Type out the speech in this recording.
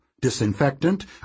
disinfectant